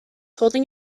holding